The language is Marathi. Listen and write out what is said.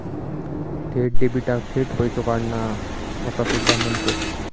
थेट डेबिटाक थेट पैसो काढणा असा सुद्धा म्हणतत